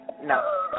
No